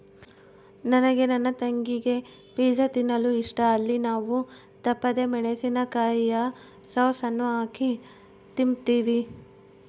ನನಗೆ ನನ್ನ ತಂಗಿಗೆ ಪಿಜ್ಜಾ ತಿನ್ನಲು ಇಷ್ಟ, ಅಲ್ಲಿ ನಾವು ತಪ್ಪದೆ ಮೆಣಿಸಿನಕಾಯಿಯ ಸಾಸ್ ಅನ್ನು ಹಾಕಿ ತಿಂಬ್ತೀವಿ